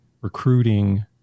recruiting